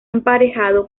emparejado